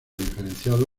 diferenciado